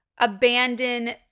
Abandon